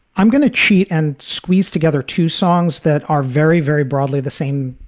i'm gonna cheat and squeeze together two songs that are very, very broadly the same.